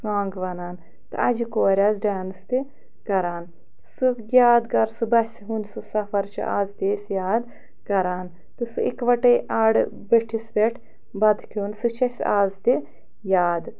song وَنان تہٕ اَجہٕ کورِ آسہٕ ڈانِس تہِ کَران سُہ یادگار سُہ بَسہِ ہُنٛد سُہ سفر چھُ آز تہِ أسۍ یاد کَران تہٕ سُہ اِکہٕ وَٹَے آرٕ بٔٹھِس پٮ۪ٹھ بَتہٕ کھیوٚن سُہ چھُ اَسہِ آز تہِ یاد